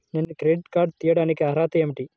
నేను credit card తీయడానికి అర్హత ఏమిటి?